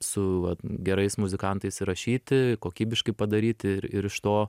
su vat gerais muzikantais įrašyti kokybiškai padaryti ir ir iš to